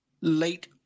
late